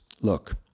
look